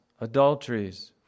adulteries